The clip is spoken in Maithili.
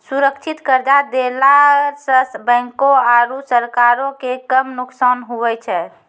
सुरक्षित कर्जा देला सं बैंको आरू सरकारो के कम नुकसान हुवै छै